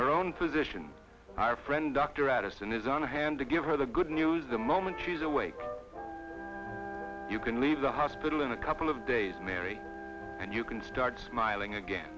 her own physician our friend dr out us and is on hand to give her the good news the moment she's awake you can leave the hospital in a couple of days mary and you can start smiling again